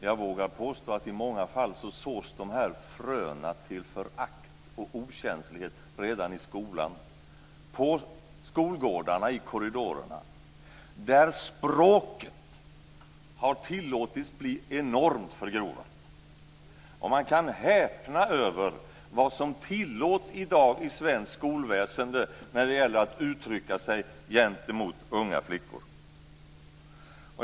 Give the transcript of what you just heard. Jag vågar påstå att i många fall sås de här fröna till förakt och okänslighet redan i skolan - på skolgårdarna och i korridorerna, där språket har tillåtits bli enormt förgrovat. Man kan häpna över vad som tillåts i dag i svenskt skolväsende när det gäller att uttrycka sig gentemot unga flickor.